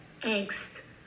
angst